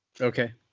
okay